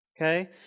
Okay